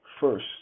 first